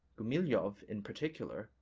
gumilev, in particular,